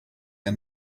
and